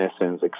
essence